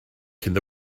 cyn